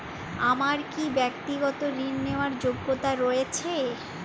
আমার কী ব্যাক্তিগত ঋণ নেওয়ার যোগ্যতা রয়েছে?